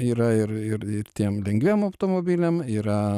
yra ir ir ir tiem lengviesiem automobiliam yra